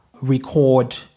record